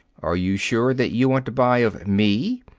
are you sure that you want to buy of me?